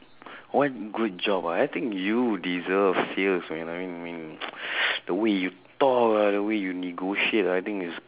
what good job ah I think you would deserve sales man I mean I mean the way you talk lah] the way you negotiate ah I think is